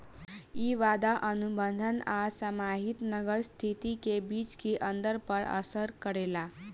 इ वादा अनुबंध आ समाहित नगद स्थिति के बीच के अंतर पर असर करेला